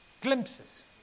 glimpses